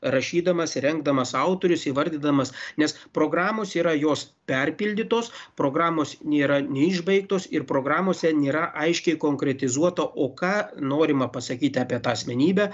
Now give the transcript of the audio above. rašydamas rengdamas autorius įvardydamas nes programos yra jos perpildytos programos nėra neišbaigtos ir programose nėra aiškiai konkretizuota o ką norima pasakyti apie tą asmenybę